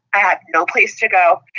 i had no place to go,